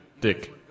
Dick